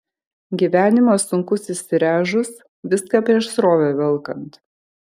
gyvenimas sunkus įsiręžus viską prieš srovę velkant